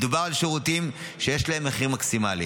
מדובר על שירותים שיש להם מחיר מקסימלי.